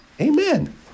Amen